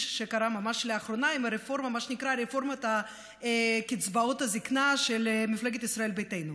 שקרה ממש לאחרונה עם רפורמת קצבאות הזקנה של מפלגת ישראל ביתנו.